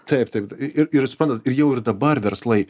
taip taip ir ir suprantat ir jau ir dabar verslai